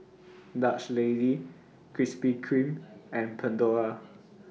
Dutch Lady Krispy Kreme and Pandora